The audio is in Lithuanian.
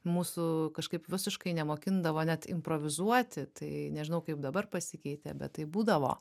mūsų kažkaip visiškai nemokindavo net improvizuoti tai nežinau kaip dabar pasikeitė bet taip būdavo